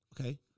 okay